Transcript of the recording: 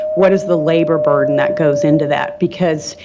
what is the labor burden that goes into that? because,